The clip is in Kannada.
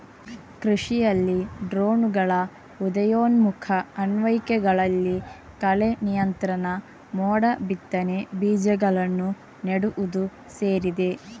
ಕೃಷಿಯಲ್ಲಿ ಡ್ರೋನುಗಳ ಉದಯೋನ್ಮುಖ ಅನ್ವಯಿಕೆಗಳಲ್ಲಿ ಕಳೆ ನಿಯಂತ್ರಣ, ಮೋಡ ಬಿತ್ತನೆ, ಬೀಜಗಳನ್ನು ನೆಡುವುದು ಸೇರಿದೆ